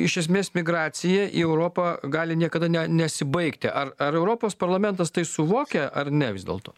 iš esmės migracija į europą gali niekada ne nesibaigti ar ar europos parlamentas tai suvokia ar ne vis dėlto